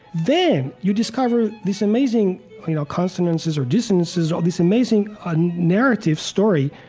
then you discover this amazing you know consonances, or dissonances, or this amazing and narrative, story,